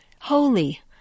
holy